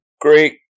great